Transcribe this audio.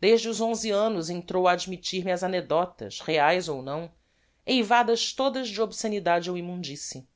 desde os onze annos entrou a admittir me ás anecdotas reaes ou não eivadas todas de obscenidade ou immundicie